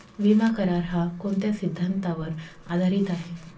विमा करार, हा कोणत्या सिद्धांतावर आधारीत आहे?